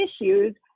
issues